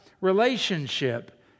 relationship